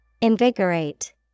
Invigorate